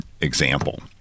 example